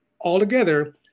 altogether